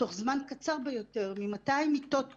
תוך זמן קצר ביותר מ-200 מיטות קורונה,